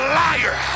liar